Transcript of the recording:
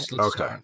okay